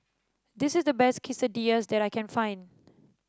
this is the best Quesadillas that I can find